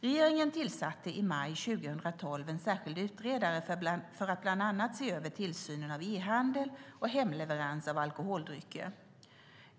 Regeringen tillsatte i maj 2012 en särskild utredare för att bland annat se över tillsynen av e-handel och hemleverans av alkoholdrycker.